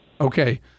Okay